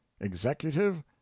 executive